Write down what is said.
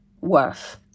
worth